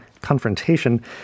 confrontation